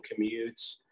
commutes